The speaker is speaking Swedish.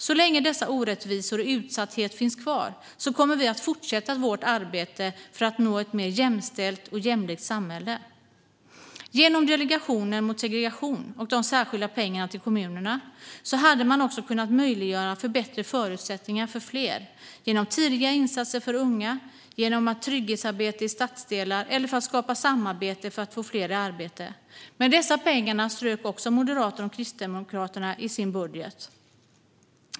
Så länge dessa orättvisor och denna utsatthet finns kvar kommer vi att fortsätta vårt arbete för att nå ett mer jämställt och jämlikt samhälle. Genom Delegationen mot segregation och de särskilda pengarna till kommunerna hade man kunnat möjliggöra bättre förutsättningar för fler genom tidiga insatser för unga, genom ett trygghetsarbete i stadsdelar eller för att skapa samarbete för att få fler i arbete. Men även dessa pengar strök Moderaterna och Kristdemokraterna i sin budget.